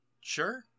sure